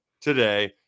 today